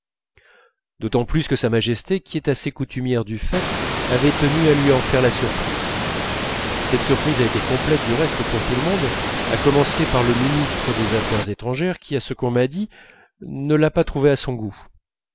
d'autant plus que sa majesté qui est assez coutumière du fait avait tenu à lui en faire la surprise cette surprise a été complète du reste pour tout le monde à commencer par le ministre des affaires étrangères qui à ce qu'on m'a dit ne l'a pas trouvée à son goût